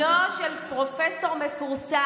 הוא בנו של פרופסור מפורסם,